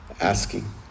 asking